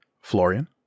Florian